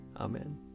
Amen